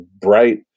bright